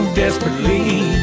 desperately